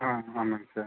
ஆ ஆமாங்க சார்